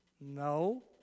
No